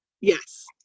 Yes